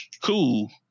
cool